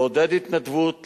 לעודד התנדבות,